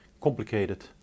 complicated